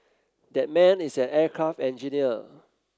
that man is an aircraft engineer